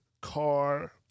Car